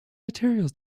materials